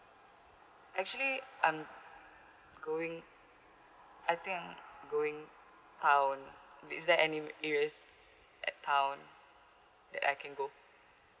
actually I'm going I think I'm going town is there any areas at town that I can go